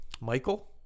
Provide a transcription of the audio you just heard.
Michael